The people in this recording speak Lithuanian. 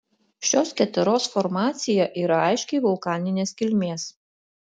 šios keteros formacija yra aiškiai vulkaninės kilmės